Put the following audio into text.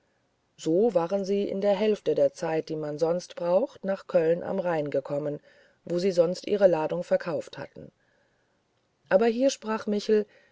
so waren sie in der hälfte der zeit die man sonst brauchte nach köln am rhein gekommen wo sie sonst ihre ladung verkauft hatten aber hier sprach michel